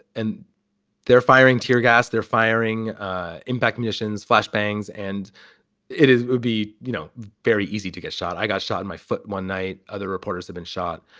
and they're firing tear gas. they're firing in back missions, flash bangs. and it it would be, you know, very easy to get shot. i got shot in my foot one night. other reporters have been shot.